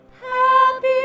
Happy